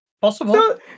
Possible